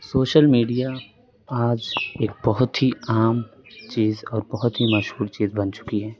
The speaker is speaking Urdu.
سوشل میڈیا آج ایک بہت ہی عام چیز اور بہت ہی مشہور چیز بن چکی ہے